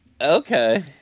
Okay